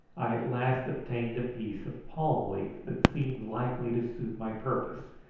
i at last obtained a piece of palm-leaf that seemed likely to suit my purpose.